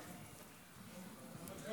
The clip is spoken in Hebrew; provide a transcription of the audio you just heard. ההצעה